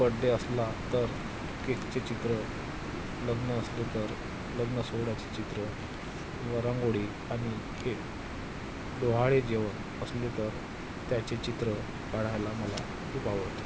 birthday असला तर केकचे चित्र लग्न असले तर लग्नसोहळ्याचे चित्र किंवा रांगोळी आणि हे डोहाळेजेवण असले तर त्याचे चित्र काढायला मला खूप आवडते